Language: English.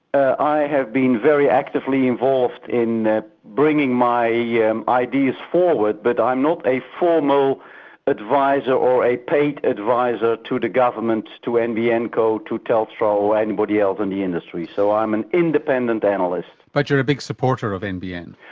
i have been very actively involved in bringing my yeah ideas forward, but i'm not a formal advisor or a paid advisor to the government, to nbn co, to telstra, or anybody else in the industry. so i'm an independent analyst. but you're a big supporter of nbn?